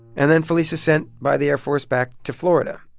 and then felisa's sent by the air force back to florida.